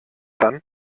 dann